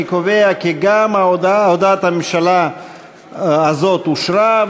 אני קובע כי גם הודעת הממשלה הזאת אושרה.